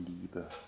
liebe